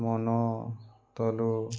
ମନ ତଲୁ